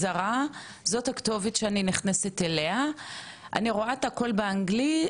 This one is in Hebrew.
אני רואה את הכל בעברית, מה קורה איתי ברגע הזה?